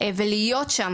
ולהיות שם,